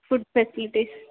food facilities